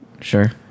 Sure